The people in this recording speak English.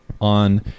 on